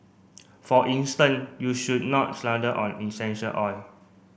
for instance you should not slather on essential oil